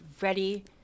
ready